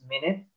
minute